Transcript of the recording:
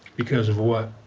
because of what?